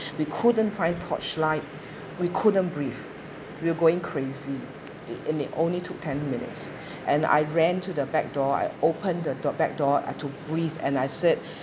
we couldn't find torchlight we couldn't breath we're going crazy in the only took ten minutes and I ran to the back door I open the back door I took breathe and I said